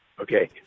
Okay